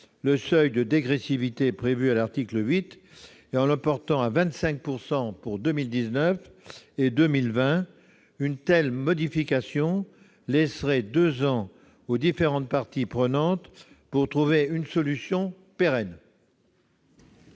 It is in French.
le seuil de dégressivité prévu à l'article 8, pour le porter à 25 % pour 2019 et 2020. Une telle modification laisserait deux ans aux différentes parties prenantes pour trouver une solution pérenne.